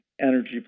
energy